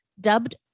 Dubbed